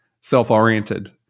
self-oriented